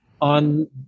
on